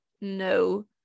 no